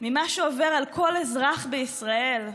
ממה שעובר על כל אזרח בישראל,